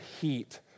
heat